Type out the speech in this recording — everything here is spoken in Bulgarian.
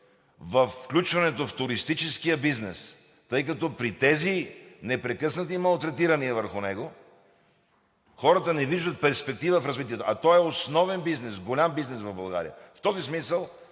във включването в туристическия бизнес, тъй като при тези непрекъснати малтретирания върху него, те не виждат перспектива в развитието, а той е основен бизнес, голям бизнес в България. В този смисъл